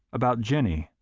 about jennie,